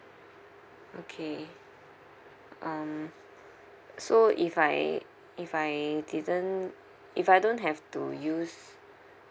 okay um so if I if I didn't if I don't have to use